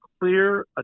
clear